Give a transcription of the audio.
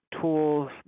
tools